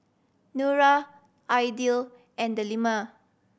Nura Aidil and Delima